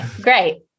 great